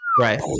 Right